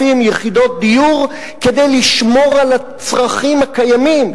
יחידות דיור כדי לשמור על הצרכים הקיימים,